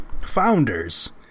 Founders